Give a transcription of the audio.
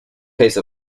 case